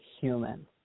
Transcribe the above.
human